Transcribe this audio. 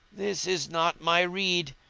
this is not my rede.